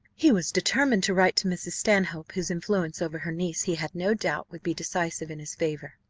he was determined to write to mrs. stanhope, whose influence over her niece he had no doubt would be decisive in his favour.